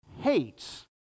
hates